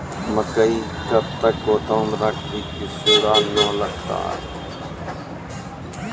मकई कब तक गोदाम राखि की सूड़ा न लगता?